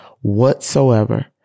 whatsoever